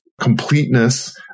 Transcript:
completeness